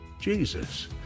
Jesus